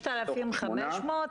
6,500,